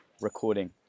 recording